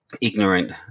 ignorant